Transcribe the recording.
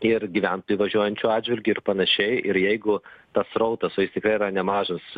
ir gyventojų važiuojančių atžvilgiu ir panašiai ir jeigu tas srautas o jis tikrai yra nemažas